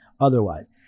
otherwise